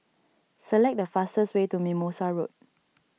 select the fastest way to Mimosa Road